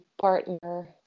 partner